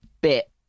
bit